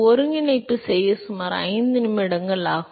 ஒருங்கிணைப்பு செய்ய சுமார் 5 நிமிடங்கள் ஆகும்